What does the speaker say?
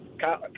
Kyle